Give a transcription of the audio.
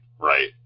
right